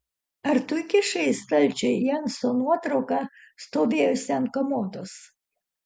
ar tu įkišai į stalčių jenso nuotrauką stovėjusią ant komodos